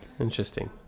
Interesting